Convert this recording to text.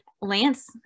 Lance